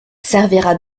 servira